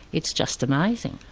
it's just amazing.